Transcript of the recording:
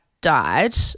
died